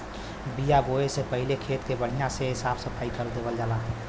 बिया बोये से पहिले खेत के बढ़िया से साफ सफाई कर देवल जाला